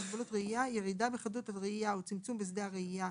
"מוגבלות ראייה" - ירידה בחדות הראייה או צמצום בשדה הראייה,